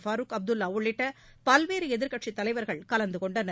ஃபருக் அப்துல்லா உள்ளிட்ட பல்வேறு எதிர்க்கட்சித் தலைவர்கள் கலந்து கொண்டனர்